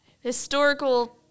historical